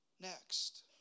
Next